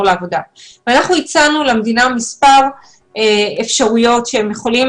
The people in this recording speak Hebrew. לעבודה ואנחנו הצענו למדינה מספר אפשרויות שהיא יכולה